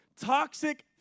toxic